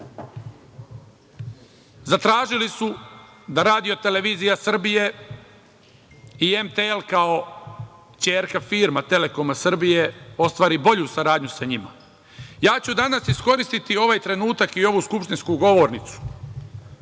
zatražili su da RTS i MTL, kao ćerka firma „Telekoma Srbije“ ostvari bolju saradnju sa njima. Ja ću danas iskoristiti ovaj trenutak i ovu skupštinsku govornicu